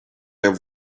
wer